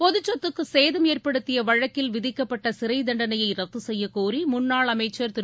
பொதுச்சொத்துக்கு சேதம் ஏற்படுத்திய வழக்கில் விதிக்கப்பட்ட சிறை தண்டனையை ரத்து செய்யக்கோரி முன்னாள் அமைச்சர் திரு